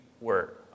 word